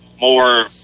more